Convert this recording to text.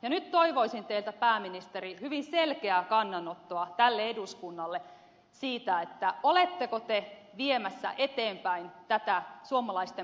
ja nyt toivoisin teiltä pääministeri hyvin selkeää kannanottoa tälle eduskunnalle siitä oletteko te viemässä eteenpäin tätä suomalaisten palkansaajien eläkeleikkuria